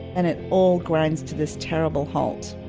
and it all grinds to this terrible halt.